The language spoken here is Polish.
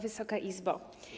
Wysoka Izbo!